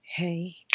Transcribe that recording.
Hey